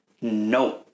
no